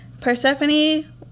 Persephone